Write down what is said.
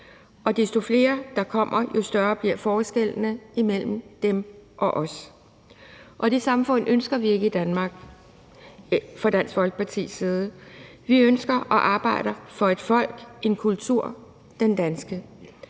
og desto flere, der kommer, jo større bliver forskellene imellem dem og os. Det samfund ønsker vi ikke i Danmark fra Dansk Folkepartis side. Vi ønsker og arbejder for et folk og en kultur, nemlig den danske.